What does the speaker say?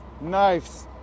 knives